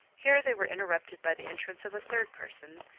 here they were interrupted by the entrance of a third person,